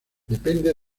depende